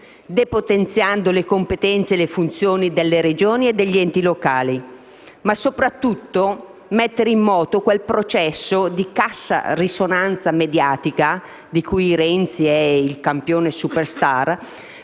depotenziando le competenze e le funzioni delle Regioni e degli enti locali; ma soprattutto mettere in moto quel processo di cassa di risonanza mediatica di cui Renzi è il campione *superstar*,